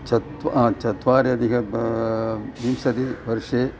चत्वा चत्वारि अधिक विंशतिवर्षे